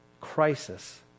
crisis